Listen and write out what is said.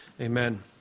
Amen